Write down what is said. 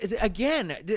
again